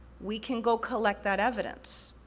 we can go collect that evidence.